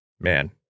man